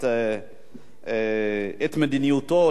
את מדיניותו,